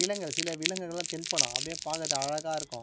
விலங்குகள் சில விலங்குகள்லாம் தென்படும் அப்படியே பார்க்கறத்துக்கு அழகாக இருக்கும்